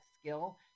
skill